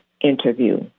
interview